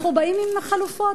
אנחנו באים עם חלופות.